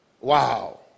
Wow